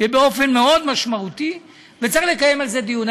באופן מאוד משמעותי, וצריך לקיים על זה דיון.